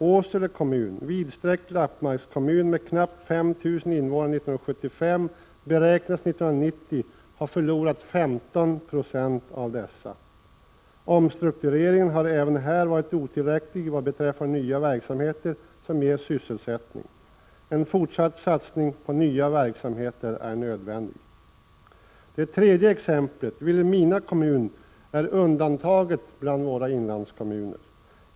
Åsele kommun, en vidsträckt Lapplandskommun, med knappt 5 000 invånare 1975, beräknas 1990 ha förlorat 15 96 av dessa. Omstruktureringen har även här varit otillräcklig vad beträffar nya verksamheter som ger sysselsättning. En fortsatt satsning på nya verksamheter är nödvändig. Det tredje exemplet, Vilhelmina kommun, är undantaget bland våra inlandskommuner.